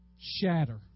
Shatter